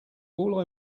all